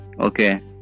Okay